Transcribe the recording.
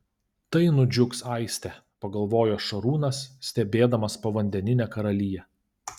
tai nudžiugs aistė pagalvojo šarūnas stebėdamas povandeninę karaliją